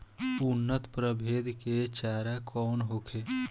उन्नत प्रभेद के चारा कौन होखे?